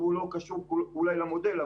שהוא לא קשור אולי למודל,